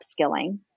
upskilling